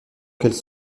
qu’elle